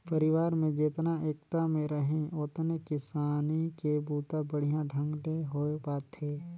परिवार में जेतना एकता में रहीं ओतने किसानी के बूता बड़िहा ढंग ले होये पाथे